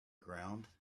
ground